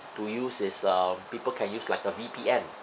to use is uh people can use like a V_P_N